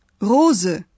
rose